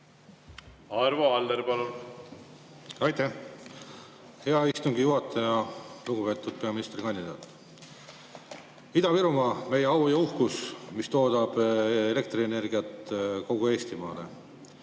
Arvo Aller, palun! Aitäh, hea istungi juhataja! Lugupeetud peaministrikandidaat! Ida-Virumaa on meie au ja uhkus, mis toodab elektrienergiat kogu Eestimaale.